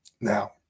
Now